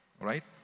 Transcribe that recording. Right